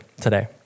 today